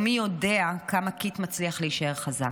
ומי יודע כמה קית' מצליח להישאר חזק.